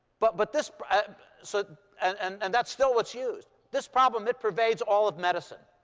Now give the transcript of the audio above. but but this so and and and that's still what's used. this problem, it pervades all of medicine.